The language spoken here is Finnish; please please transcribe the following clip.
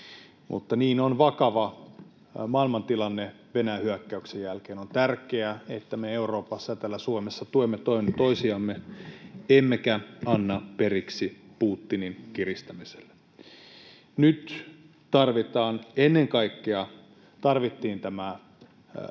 niin on vakava maailmantilanne Venäjän hyökkäyksen jälkeen. On tärkeää, että me Euroopassa ja täällä Suomessa tuemme toinen toisiamme emmekä anna periksi Putinin kiristämiselle. Nyt tarvittiin ennen kaikkea tämä